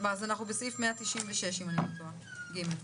אם אני לא טועה, אנחנו בסעיף 196(ג).